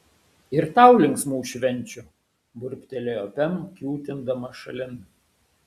ir tau linksmų švenčių burbtelėjo pem kiūtindama šalin